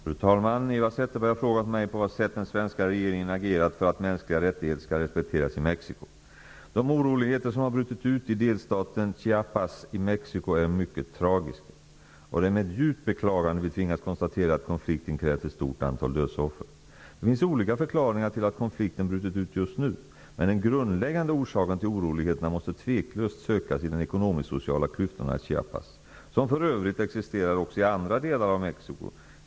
Fru talman! Eva Zetterberg har frågat mig på vad sätt den svenska regeringen har agerat för att mänskliga rättigheter skall respekteras i Mexico. De oroligheter som har brutit ut i delstaten Chiapas i Mexico är mycket tragiska, och det är med djupt beklagande som vi tvingas konstatera att konflikten har krävt ett stort antal dödsoffer. Det finns olika förklaringar till att konflikten har brutit ut just nu, men den grundläggande orsaken till oroligheterna måste tveklöst sökas i de ekonomisk-sociala klyftorna i Chiapas, vilka för övrigt existerar också i andra delar av Mexico.